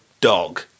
dog